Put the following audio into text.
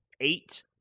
Eight